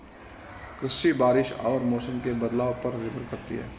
कृषि बारिश और मौसम के बदलाव पर निर्भर करती है